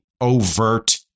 overt